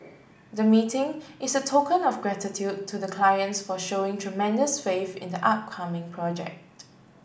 the meeting is a token of gratitude to the clients for showing tremendous faith in the upcoming project